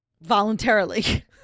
voluntarily